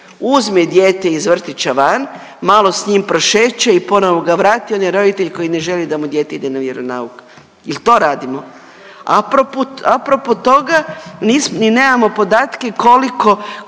uzme dijete iz vrtića van, malo s njim prošeće i ponovo ga vrati, onaj roditelj koji ne želi da mu dijete ide na vjeronauk. Jel to radimo? A propos toga ni nemamo podatke koliko